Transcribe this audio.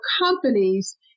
companies